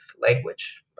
language